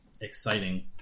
exciting